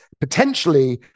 potentially